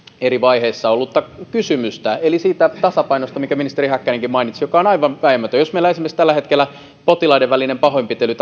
eri vaiheissa ollutta kysymystä siitä tasapainosta minkä ministeri häkkänenkin mainitsi joka on aivan vääjäämätön jos meillä tällä hetkellä tapahtuu esimerkiksi potilaiden välinen pahoinpitely